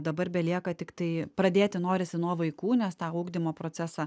dabar belieka tiktai pradėti norisi nuo vaikų nes tą ugdymo procesą